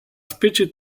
specie